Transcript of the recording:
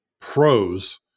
pros